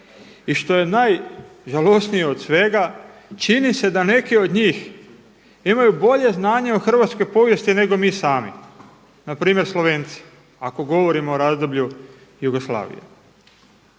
i što je najžalosnije od svega čini se da neki od njih imaju bolje znanje o hrvatskoj povijesti nego mi sami. Na primjer Slovenci ako govorimo o razdoblju Jugoslavije.